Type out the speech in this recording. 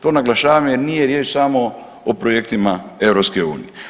To naglašavam jer nije riječ samo o projektima EU.